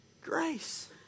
Grace